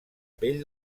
pell